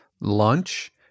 lunch